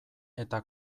eta